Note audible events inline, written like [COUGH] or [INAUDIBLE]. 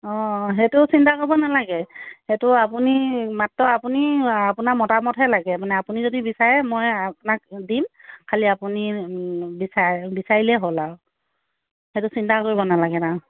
অ সেইটো চিন্তা কৰিব নেলাগে সেইটো আপুনি মাত্ৰ আপুনি আপোনাৰ মতামতহে লাগে মানে আপুনি যদি বিচাৰে মই আপোনাক দিম খালি আপুনি বিচাৰে বিচাৰিলেই হ'ল আৰু সেইটো চিন্তা কৰিব নালাগে [UNINTELLIGIBLE]